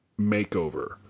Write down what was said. makeover